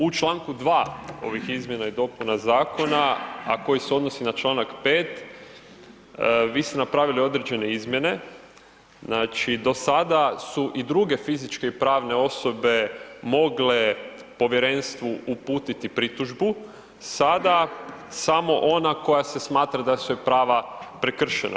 U čl. 2. ovih izmjena i dopuna zakona, a koji se odnosi na čl. 5. vi ste napravili određene izmjene, znači do sada su i druge fizičke i pravne osobe mogle povjerenstvu uputiti pritužbu, sada samo ona koja se smatra da su joj prava prekršena.